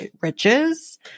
riches